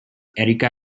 erika